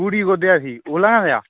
कुड़ी कोह्दी ही ओल्लेआं दा